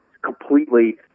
completely